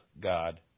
God